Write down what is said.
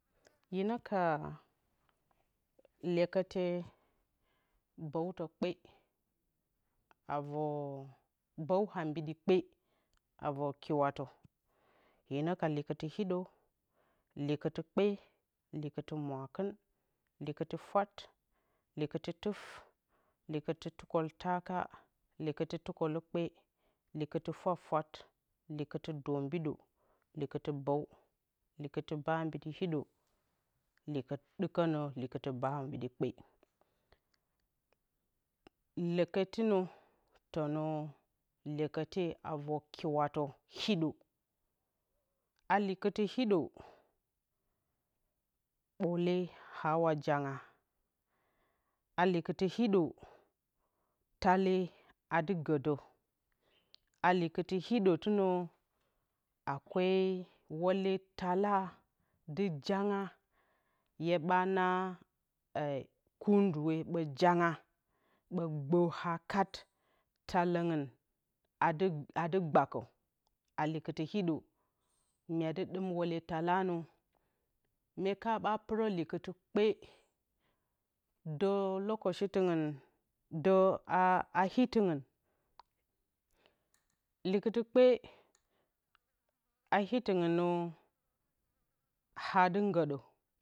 Hina ka lyekǝte bǝwtɨ kpe bǝw abɗɨ kpe avǝr kiwatǝ, hinǝ ka likǝti hiɗo, likɨti kpe. likɨti mwakɨn likɨtɨ fwat, lɨkɨtɨ tuf liklitli tukǝktaka likɨti tukǝlukpe likɨtɨ fwafwat likɨti dombidǝ likɨti bǝw likɨtɨ bǝw ambidi hiɗo ɗikǝnǝ likɨtɨ bǝw ambiɗi kpe lyekǝtɨnǝ tǝnǝ lyekǝte avǝr kiwatǝ hiɗo a likɨtɨ hiɗo ɓoole aawa janga a likítɨ hiɗo taale adɨ gǝ dǝ a likɨtɨ hiɗǝ tɨnǝ akwa wule taala dɨ janga hye ɓa naa kunduwe ɓǝ janga ɓǝ gbǝ haa kat taalǝngɨm dɨ dɨ gbakǝ likɨtɨ hiɗo myedɨ ɗim whule taala nǝ mye ka ɓa pɨrǝ likɨtɨ kpe dǝ lokocitɨngɨn dǝ itɨngɨn likɨtɨ kpe a itɨngɨn haa li ngǝɗǝ